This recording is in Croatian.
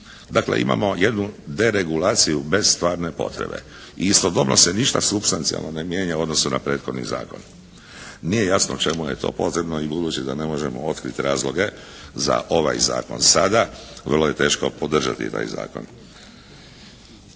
Dakle imamo jednu deregulaciju bez stvarne potrebe. I istodobno se ništa substancijalno ne mijenja u odnosu na prethodni zakon. Nije jasno čemu je to potrebno i budući da ne možemo otkriti razloge za ovaj zakon sada, vrlo je teško podržati taj zakon.